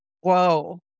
Whoa